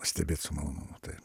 stebėt su malonumu taip